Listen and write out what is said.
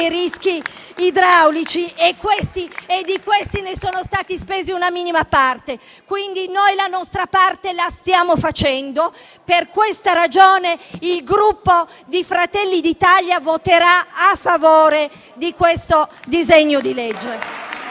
rischi idraulici e di questi ne sono stati spesi una minima parte. Quindi, noi la nostra parte la stiamo facendo. Per questa ragione il Gruppo Fratelli d'Italia voterà a favore di questo disegno di legge